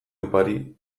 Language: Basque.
opari